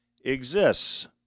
exists